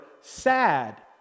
sad